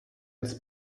its